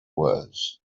was